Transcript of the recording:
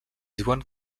diuen